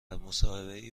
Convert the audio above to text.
مصاحبهای